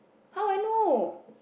how I know